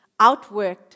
outworked